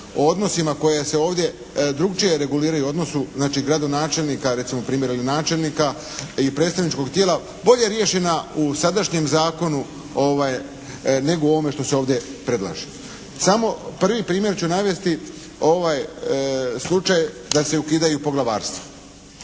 odnosima koje se ovdje drukčije reguliraju odnosu, znači gradonačelnika recimo primjer ili načelnika i predstavničkog tijela bolje riješena u sadašnjem zakonu, nego u ovome što se ovdje predlaže. Samo prvi primjer ću navesti slučaj da se ukidaju poglavarstva.